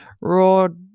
roared